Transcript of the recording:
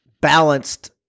balanced